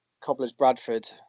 Cobblers-Bradford